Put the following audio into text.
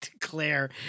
Claire